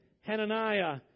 Hananiah